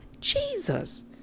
Jesus